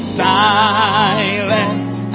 silent